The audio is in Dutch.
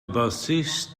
bassist